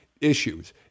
issues